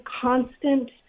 constant